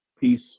Peace